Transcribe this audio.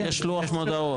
יש לוח מודעות,